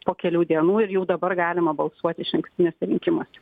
po kelių dienų ir jau dabar galima balsuoti išankstiniuose rinkimuose